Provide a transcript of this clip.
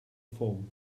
form